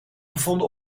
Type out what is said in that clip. gevonden